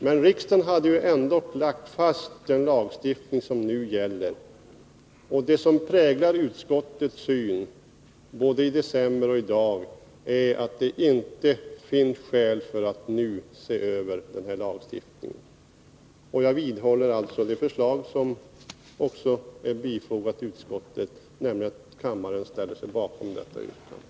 Men riksdagen hade ju ändå lagt fast den lagstiftning som nu gäller, och det som präglar utskottets syn både i december och i dag är att det inte finns skäl för att nu se över denna lagstiftning. Jag vidhåller alltså det förslag som utskottsbetänkandet innehåller och yrkar att kammaren ställer sig bakom denna hemställan.